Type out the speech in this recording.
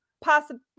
possible